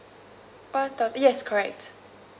yes correct